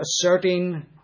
asserting